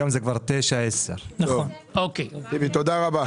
היום זה כבר 9, 10. הפער גדול.